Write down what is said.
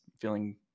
feeling